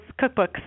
cookbooks